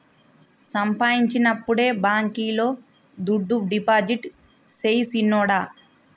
సంపాయించినప్పుడే బాంకీలో దుడ్డు డిపాజిట్టు సెయ్ సిన్నోడా